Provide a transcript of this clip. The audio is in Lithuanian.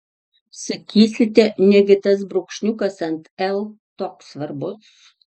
sakysite negi tas brūkšniukas ant l toks svarbus